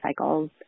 cycles